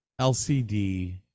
LCD